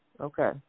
Okay